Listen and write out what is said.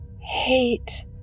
Hate